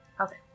Okay